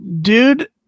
Dude